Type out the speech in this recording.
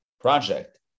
project